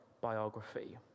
biography